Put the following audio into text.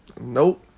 Nope